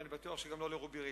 ואני בטוח שגם לא לרובי ריבלין.